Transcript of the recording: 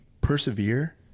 persevere